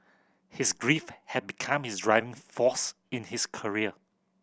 his grief had become his driving force in his career